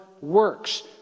works